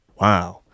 Wow